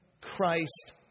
Christ